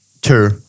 Two